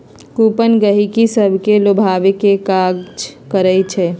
coupon गहकि सभके लोभावे के काज करइ छइ